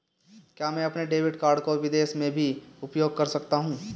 क्या मैं अपने डेबिट कार्ड को विदेश में भी उपयोग कर सकता हूं?